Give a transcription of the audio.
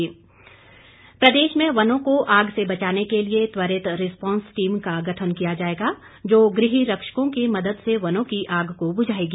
मुख्य सचिव प्रदेश में वनों को आग से बचाने के लिए त्वरित रिस्पांस टीम का गठन किया जाएगा जो गृह रक्षकों की मदद से वनों की आग को बुझाएगी